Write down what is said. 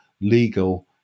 legal